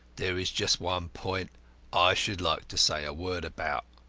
there is just one point i should like to say a word about.